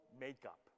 makeup